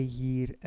hier